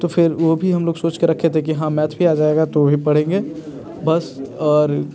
तो फिर वो भी हम लोग सोच के रखे थे कि हाँ मैथ भी आ जाएगा तो वो भी पढ़ेंगे बस और